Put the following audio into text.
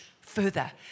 further